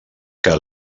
que